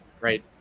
right